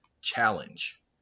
Challenge